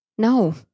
No